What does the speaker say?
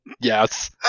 Yes